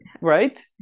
right